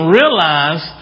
realize